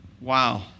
wow